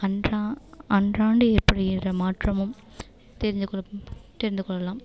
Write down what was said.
கன்றா அன்றாண்டு ஏற்படுகிற மாற்றமும் தெரிஞ்சு கொள்ளலாம் தெரிந்து கொள்ளலாம்